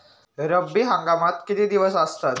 रब्बी हंगामात किती दिवस असतात?